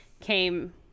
came